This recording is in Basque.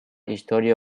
istorio